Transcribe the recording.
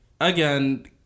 Again